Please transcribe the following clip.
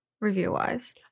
review-wise